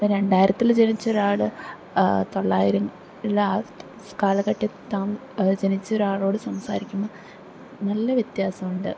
ഇപ്പം രണ്ടായിരത്തില് ജനിച്ച ഒരാള് തൊള്ളായിരം ലാസ്റ്റ് കാലഘട്ടത്തിൽ താം ജനിച്ച ഒരാളോട് സംസാരിക്കുമ്പം നല്ല വ്യത്യാസമുണ്ട്